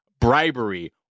bribery